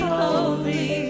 holy